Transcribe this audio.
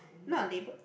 not a label